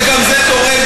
שגם זה תורם,